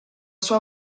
sua